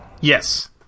Yes